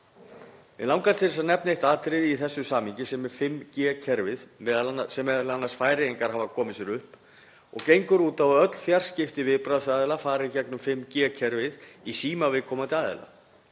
Mig langar að nefna eitt atriði í þessu samhengi sem er 5G-kerfið sem m.a. Færeyingar hafa komið sér upp og gengur út á að öll fjarskipti viðbragðsaðila fari í gegnum 5G-kerfið í síma viðkomandi aðila.